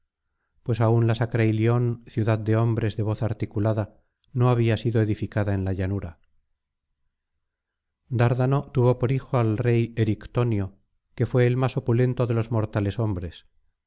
pues aún la sacra ilion ciudad de hombres de voz articulada no había sido edificada en la llanura dárdano tuvo por hijo al rey erictonio que fué el más opulento de los mortales hombres